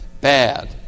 bad